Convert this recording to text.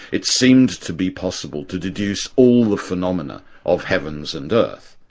it seemed to be possible to deduce all the phenomena of heavens and earth,